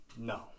No